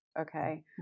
Okay